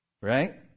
right